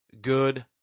good